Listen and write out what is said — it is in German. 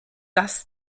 das